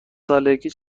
سالگی